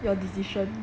your decision